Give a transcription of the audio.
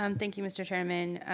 um thank you mr. chairman.